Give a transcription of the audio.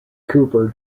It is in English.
cooper